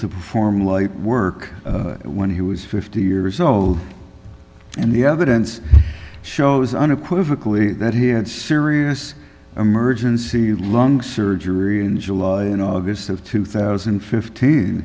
to perform light work when he was fifty years old and the evidence shows unequivocally that he had serious emergency lung surgery in july and august of two thousand and fifteen